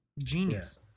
genius